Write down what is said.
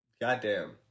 Goddamn